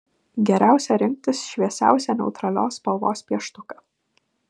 geriausia rinktis šviesiausią neutralios spalvos pieštuką